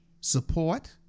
support